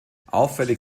auffällig